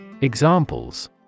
Examples